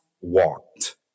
walked